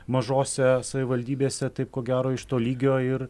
mažose savivaldybėse taip ko gero iš to lygio ir